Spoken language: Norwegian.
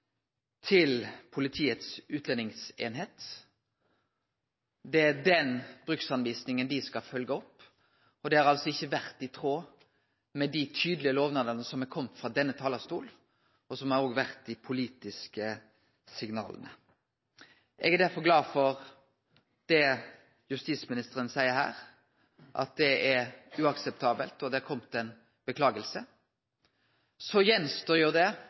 til Politiets utlendingseining. Det er den bruksrettleiinga dei skal følgje opp, og ho har altså ikkje vore i tråd med dei tydelege lovnadane som er komne frå denne talarstolen, og som òg har vore dei politiske signala. Eg er derfor glad for det justisministeren seier her, at det er uakseptabelt, og at det har kome ei orsaking. Så står det